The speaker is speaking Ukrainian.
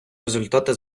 результати